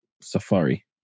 Safari